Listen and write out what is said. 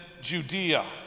Judea